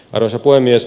arvoisa puhemies